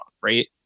right